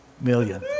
million